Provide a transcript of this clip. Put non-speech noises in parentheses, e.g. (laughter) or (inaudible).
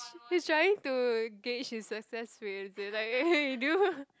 he's trying to gauge his success rate is it (laughs) you do